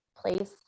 place